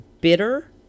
bitter